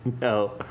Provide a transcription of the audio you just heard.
No